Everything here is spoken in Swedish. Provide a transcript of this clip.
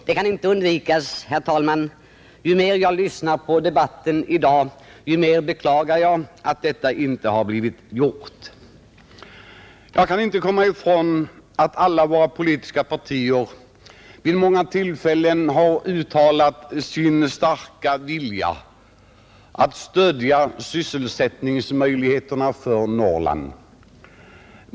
Det kan inte undvikas, herr talman, att ju mer jag lyssnar på debatten i dag, desto mer beklagar jag att detta inte har blivit gjort. Jag kan inte komma ifrån att alla våra politiska partier vid många tillfällen har uttalat sin starka vilja att stödja sysselsättningen i Norrland.